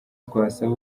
twasaba